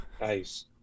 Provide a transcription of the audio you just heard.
nice